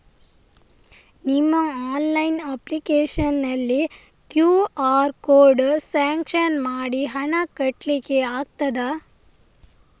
ನಿಮ್ಮ online application ನಲ್ಲಿ QR code scan ಮಾಡಿ ಹಣ ಕಟ್ಲಿಕೆ ಆಗ್ತದ?